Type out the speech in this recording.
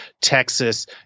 Texas